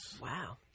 Wow